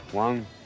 One